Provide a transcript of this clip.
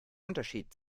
unterschied